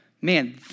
Man